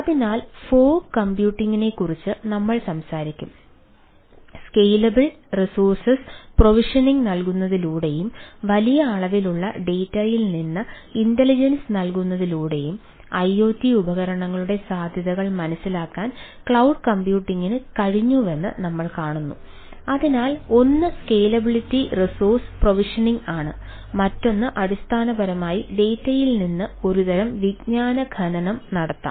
അതിനാൽ ഫോഗ് കമ്പ്യൂട്ടിംഗിയിൽ നിന്ന് ഒരുതരം വിജ്ഞാന ഖനനം നടത്താം